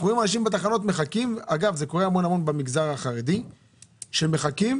זה קורה המון במגזר החרדי שמחכים.